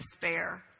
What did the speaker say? despair